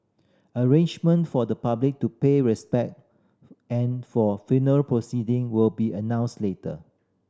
arrangement for the public to pay respect and for funeral proceeding will be announced later